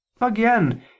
Again